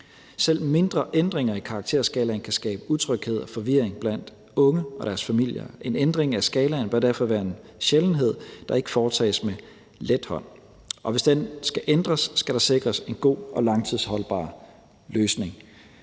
Selv mindre ændringer i karakterskalaen kan skabe utryghed og forvirring blandt unge og deres familier. En ændring af skalaen bør derfor være en sjældenhed, der ikke foretages med let hånd. Og hvis den skal ændres, skal der sikres en god og langtidsholdbar løsning.